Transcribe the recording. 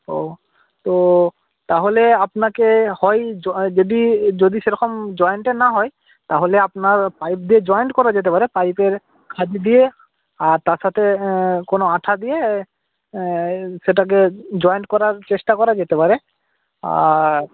ও তো তাহলে আপনাকে হয় যদি যদি সেরকম জয়েন্টের না হয় তাহলে আপনার পাইপ দিয়ে জয়েন্ট করা যেতে পারে পাইপের দিয়ে আর তার সাথে কোনো আঠা দিয়ে সেটাকে জয়েন্ট করার চেষ্টা করা যেতে পারে আর